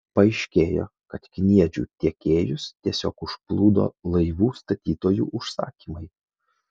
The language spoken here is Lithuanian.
paaiškėjo kad kniedžių tiekėjus tiesiog užplūdo laivų statytojų užsakymai